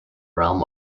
realm